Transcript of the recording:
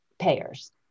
payers